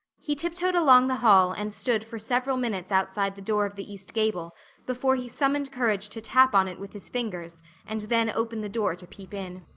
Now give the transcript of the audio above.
he tiptoed along the hall and stood for several minutes outside the door of the east gable before he summoned courage to tap on it with his fingers and then open the door to peep in.